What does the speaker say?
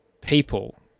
people